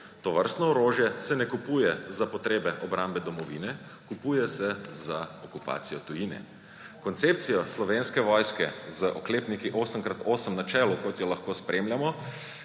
Tovrstno orožje se ne kupuje za potrebe obrambe domovine, kupuje se za okupacijo tujine. Koncepcija Slovenske vojske z oklepniki 8x8 na čelu, kot jo lahko spremljamo,